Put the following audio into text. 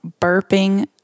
burping